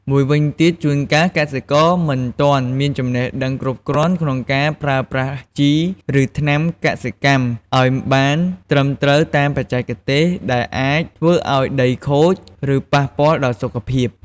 មួយវិញទៀត ជួនកាលកសិករមិនទាន់មានចំណេះដឹងគ្រប់គ្រាន់ក្នុងការប្រើប្រាស់ជី ឬថ្នាំកសិកម្មឱ្យបានត្រឹមត្រូវតាមបច្ចេកទេស ដែលអាចធ្វើឱ្យដីខូច ឬប៉ះពាល់ដល់សុខភាព។